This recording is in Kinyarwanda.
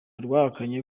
rwahakanye